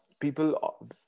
People